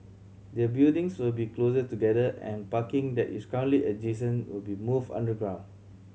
the buildings will be closer together and parking that is currently adjacent will be moved underground